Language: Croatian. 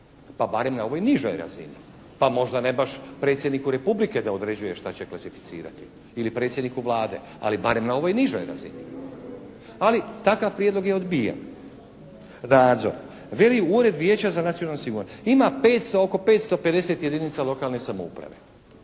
pa barem na ovoj nižoj razini. Pa možda ne baš Predsjedniku Republike što će klasificirati ili predsjedniku Vlade, ali barem na ovoj nižoj razini. Ali takav prijedlog je odbijen, nadzor. Veli Ured vijeća za nacionalnu sigurnost ima 500, oko 550 jedinica lokalne samouprave,